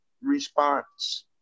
response